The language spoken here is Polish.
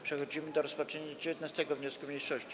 Przechodzimy do rozpatrzenia 19. wniosku mniejszości.